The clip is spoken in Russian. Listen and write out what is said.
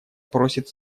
просит